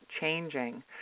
changing